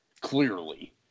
clearly